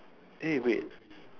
eh wait